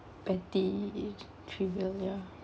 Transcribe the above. petty trivial ya